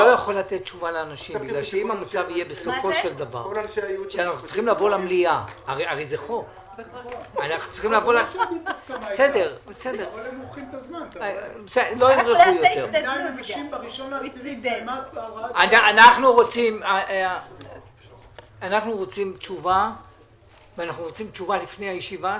אנחנו רוצים תשובה לפני הישיבה,